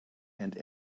and